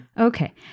Okay